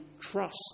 trust